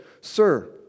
Sir